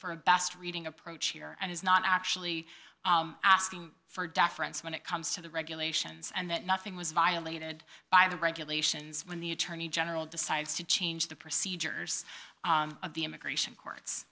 a best reading approach here and is not actually asking for deference when it comes to the regulations and that nothing was violated by the regulations when the attorney general decides to change the procedures of the immigration courts